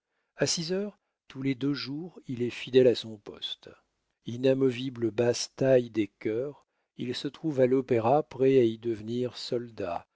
a six heures tous les deux jours il est fidèle à son poste inamovible basse-taille des chœurs il se trouve à l'opéra prêt à y devenir soldat